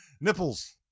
Nipples